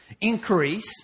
increase